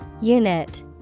Unit